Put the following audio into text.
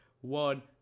one